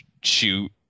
shoot